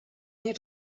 nie